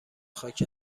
خاک